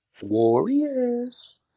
Warriors